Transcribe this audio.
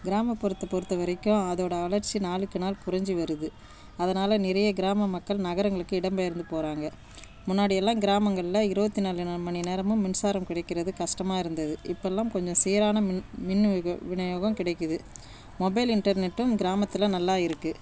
கிராமப்புறத்தை பொறுத்த வரைக்கும் அதோடய வளர்ச்சி நாளுக்கு நாள் குறைஞ்சி வருது அதனால் நிறைய கிராம மக்கள் நகரங்களுக்கு இடம் பெயர்ந்து போகிறாங்க முன்னாடியெல்லாம் கிராமங்களில் இருபத்தி நாலு நா மணி நேரமும் மின்சாரம் கிடைக்கிறது கஷ்டமாக இருந்தது இப்போல்லாம் கொஞ்சம் சீரான மின் விநியோகம் கிடைக்குது மொபைல் இன்டர்நெட்டும் கிராமத்தில் நல்லா இருக்குது